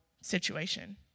situation